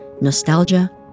nostalgia